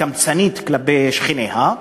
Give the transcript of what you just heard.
קמצנית כלפי שכניה.